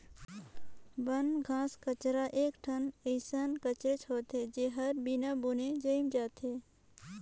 बन, घास कचरा एक ठन कइसन कचरेच होथे, जेहर बिना बुने जायम जाथे